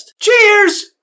Cheers